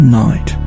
night